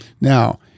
Now